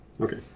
Okay